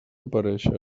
aparèixer